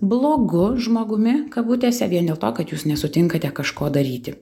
blogu žmogumi kabutėse vien dėl to kad jūs nesutinkate kažko daryti